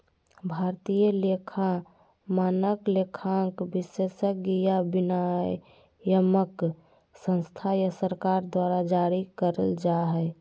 भारतीय लेखा मानक, लेखांकन विशेषज्ञ या नियामक संस्था या सरकार द्वारा जारी करल जा हय